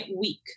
week